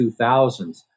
2000s